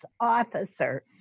officers